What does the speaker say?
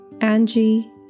Angie